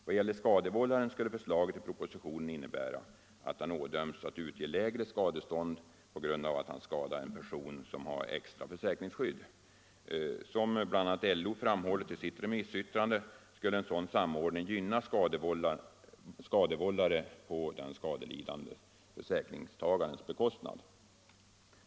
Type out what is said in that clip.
Vad gäller skadevållaren skulle förslaget i propositionen innebära att han ådöms att utge lägre skadestånd på grund av att han skadat en person som har ett extra försäkringsskydd. Som bl.a. LO framhållit i sitt remissyttrande skulle en sådan samordning gynna en skadevållare på den skadelidande försäkringstagarens bekostnad.